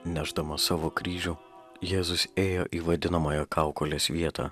nešdamas savo kryžių jėzus ėjo į vadinamąją kaukolės vietą